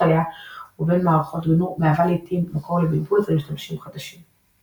עליה ובין מערכת גנו מהווה לעיתים מקור לבלבול אצל משתמשים חדשים.